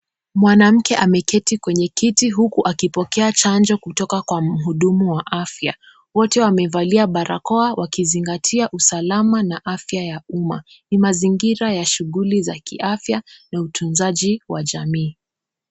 Mwanamke ameketi kwenye kiti huku akipokea chanjo kutoka kwa mhudumu wa afya, wote wamevalia barakoa wakizingatia usalama na afya ya umma. Mazingira ya shughuli za kiafya na utunzaji wa jamii.